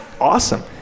awesome